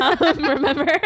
Remember